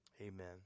Amen